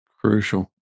crucial